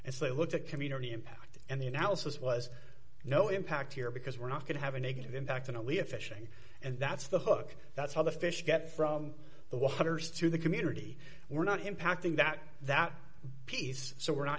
and so they looked at community impact and the analysis was no impact here because we're not going to have a negative impact and only a fishing and that's the hook that's how the fish get from the waters to the community we're not impacting that that piece so we're not